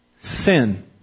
sin